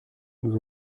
nous